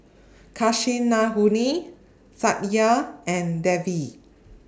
Kasinadhuni Satya and Devi